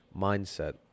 mindset